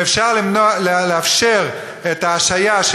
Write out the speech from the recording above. ואפשר לאפשר את ההשהיה,